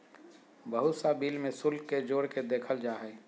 बहुत सा बिल में शुल्क के जोड़ के देखल जा हइ